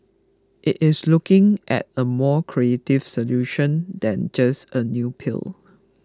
it is looking at a more creative solution than just a new pill